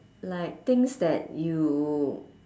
like things that you